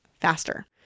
faster